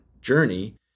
journey